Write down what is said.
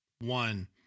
One